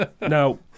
Now